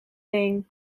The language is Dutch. been